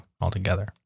altogether